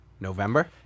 November